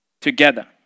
together